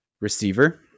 receiver